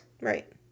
Right